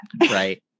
Right